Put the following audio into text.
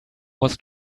was